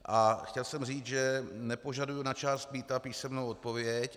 A chtěl jsem říct, že nepožaduji na část mýta písemnou odpověď.